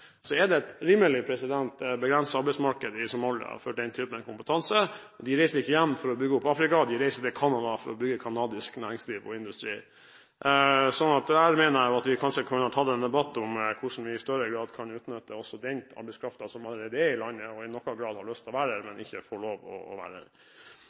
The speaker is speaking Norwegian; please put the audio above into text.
Så er det også sånn at noen studenter, f.eks. fra u-landskvoten, blir tvangsreturnert hjem etter endt utdanning. Det er klart at hvis du kommer fra Somalia og reiser til Trondheim og tar en mastergrad i geofysikk, er det et rimelig begrenset arbeidsmarked i Somalia for den type kompetanse. De reiser ikke hjem for å bygge opp Afrika. De reiser til Canada for å bygge canadisk næringsliv og industri. Her mener jeg at vi kanskje kunne tatt en debatt om hvordan vi i større grad kan utnytte også den